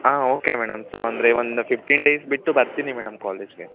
ಹಾಂ okay madam so ಅಂದರೆ ಒಂದು ಫಿಫ್ಟೀನ್ ಡೇಸ್ ಬಿಟ್ಟು ಬರ್ತೀನಿ ಮೇಡಮ್ ಕಾಲೇಜಿಗೆ